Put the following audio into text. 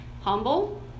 Humble